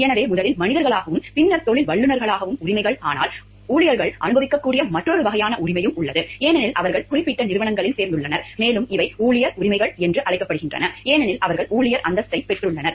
எனவே முதலில் மனிதர்களாகவும் பின்னர் தொழில் வல்லுநர்களாகவும் உரிமைகள் ஆனால் ஊழியர்கள் அனுபவிக்கக்கூடிய மற்றொரு வகையான உரிமையும் உள்ளது ஏனெனில் அவர்கள் குறிப்பிட்ட நிறுவனங்களில் சேர்ந்துள்ளனர் மேலும் இவை ஊழியர் உரிமைகள் என்று அழைக்கப்படுகின்றன ஏனெனில் அவர்கள் ஊழியர் அந்தஸ்தைப் பெற்றுள்ளனர்